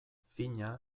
fina